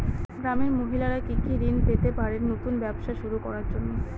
গ্রামের মহিলারা কি কি ঋণ পেতে পারেন নতুন ব্যবসা শুরু করার জন্য?